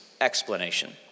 explanation